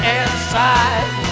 inside